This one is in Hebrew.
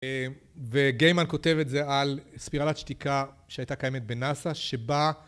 ו-Gehman כותב את זה, על ספירלת שתיקה שהייתה קיימת בנאס״א, שבה